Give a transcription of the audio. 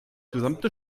gesamte